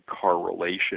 correlation